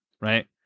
right